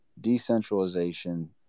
decentralization